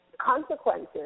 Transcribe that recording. consequences